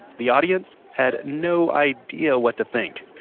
the audience had no idea what to think